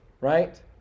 Right